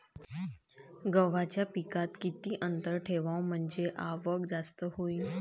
गव्हाच्या पिकात किती अंतर ठेवाव म्हनजे आवक जास्त होईन?